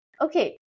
Okay